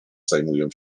zajmują